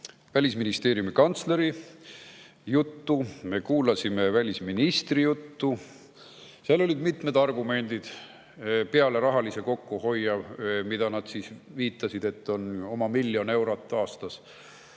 Välisministeeriumi kantsleri juttu, me kuulasime välisministri juttu. Seal olid mitmed argumendid peale rahalise kokkuhoiu, millele nad viitasid, et see on oma miljon eurot aastas.